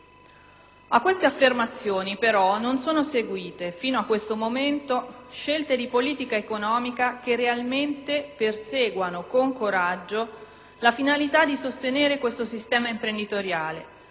A queste affermazioni non sono seguite però, fino a questo momento, scelte di politica economica che realmente perseguano con coraggio la finalità di sostenere questo sistema imprenditoriale,